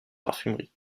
parfumerie